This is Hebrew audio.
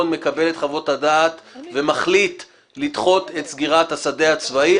מקבל את חוות הדעת ומחליט לדחות את סגירת השדה הצבאי,